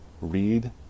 Read